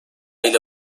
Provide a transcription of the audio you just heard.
ile